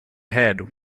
head